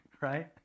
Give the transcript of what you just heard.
right